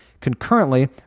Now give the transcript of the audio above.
Concurrently